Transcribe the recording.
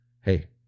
Hey